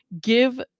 give